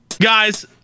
Guys